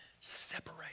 separate